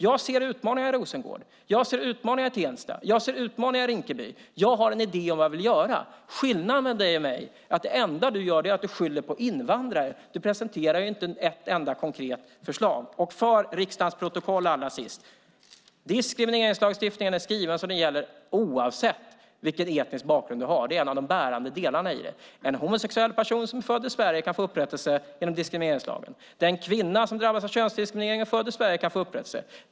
Jag ser utmaningar i Rosengård, jag ser utmaningar i Tensta och jag ser utmaningar i Rinkeby. Jag har en idé om vad jag vill göra. Skillnaden mellan dig och mig är att det enda du gör är att du skyller på invandrare. Du presenterar inte ett enda konkret förslag. Allra sist vill jag för riksdagens protokoll säga att diskrimineringslagstiftningen är skriven så att den gäller oavsett vilken etnisk bakgrund man har. Det är en av de bärande delarna i den. En homosexuell person som är född i Sverige kan få upprättelse genom diskrimineringslagen. Den kvinna som drabbas av könsdiskriminering och är född i Sverige kan få upprättelse.